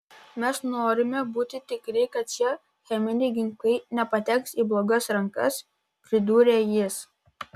mes norime būti tikri kad šie cheminiai ginklai nepateks į blogas rankas pridūrė jis